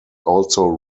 also